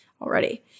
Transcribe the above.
already